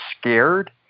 scared